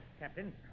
Captain